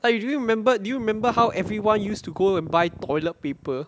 like do you remember do you remember how everyone used to go and buy toilet paper